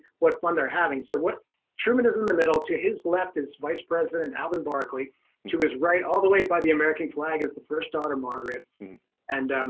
what fun they're having so what truman is in the middle to his left is vice president alvin barkley to his right all the way by the american flag as the first daughter margaret and um,